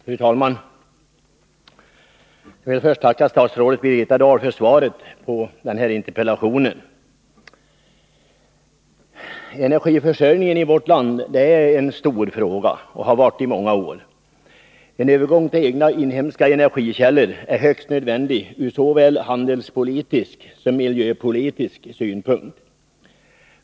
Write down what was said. Fru talman! Jag vill först tacka statsrådet Birgitta Dahl för svaret på denna interpellation. Energiförsörjningen i vårt land är en stor fråga och har varit det i många år. En övergång till egna inhemska energikällor är högst nödvändig ur såväl handelspolitisk som miljöpolitisk synpunkt.